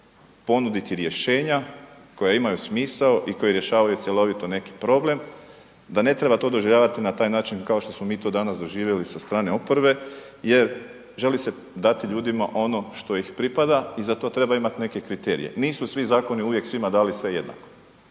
ponuditi rješenja koja imaju smisao i koja rješavaju cjelovito neki problem. Da ne treba to doživljavati na taj način kao što mi to danas doživjeli sa strane oporbe jer želi se dati ljudima ono što ih pripada i za to treba imati neke kriterije. Nisu svi zakoni uvijek svima dali sve jednako.